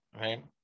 right